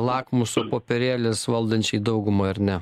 lakmuso popierėlis valdančiai daugumai ar ne